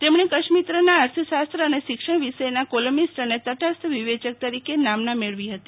તેમણે કચ્છ મિત્રના એર્થશાસ્ત્ર અને શિક્ષણ વિષયના કોલમિસ્ટ અને તટસ્થ વિષેયક તરીકે નામના મેળવી હતી